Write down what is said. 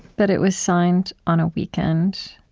but it was signed on a weekend.